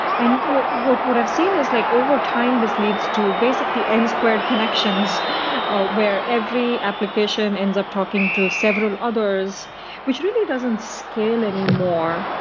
and what what i've seen is, like overtime, this leads to basically n-squared connections where every application ends up talking to several others which really doesn't scale anymore.